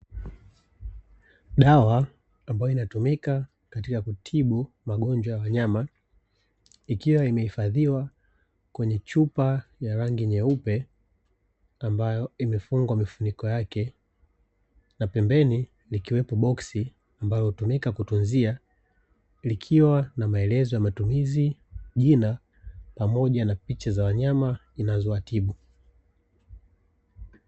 Dawa ambayo inatumika katika kutibu magonjwa ya wanyama, ikiwa imehifadhiwa kwenye chupa ya rangi nyeupe ambayo imefungwa mifuniko yake na pembeni likiwepo boksi ambalo hutumika kutunzia likiwa na maelezo ya matumizi, jina pamoja na picha za wanyama inazowatibu.